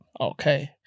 Okay